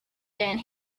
then